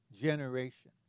generation